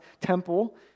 temple